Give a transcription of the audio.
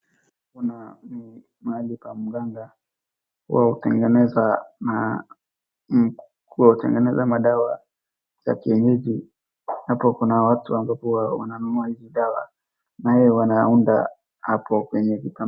Kuna pahali pa mganga ambao hutengeneza na kuwatengeneza madawa ya kienyeji, hapo kuna watu ambapo wanamwaga hizi dawa nayeye wanaunda hapo kwenye duka.